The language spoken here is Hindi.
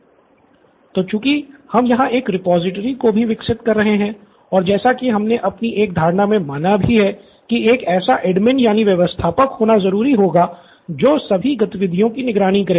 छात्र सिद्धार्थ तो चूंकि हम यहाँ एक रिपॉजिटरी को भी विकसित कर रहे हैं और जैसा की हमने अपनी एक धारणा मे माना भी है की एक ऐसा एडमिन ज़रूरी होगा जो सभी गतिविधियों की निगरानी करेगा